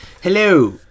Hello